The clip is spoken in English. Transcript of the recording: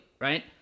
right